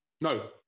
No